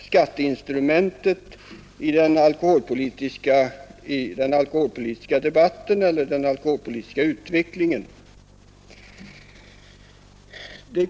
Skatteinstrumentets inverkan på den alkoholpolitiska utvecklingen har också varit uppe i debatten.